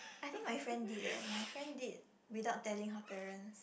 I think my friend did eh my friend did without telling her parents